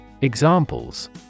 Examples